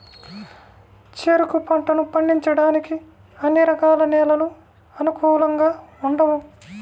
చెరుకు పంటను పండించడానికి అన్ని రకాల నేలలు అనుకూలంగా ఉండవు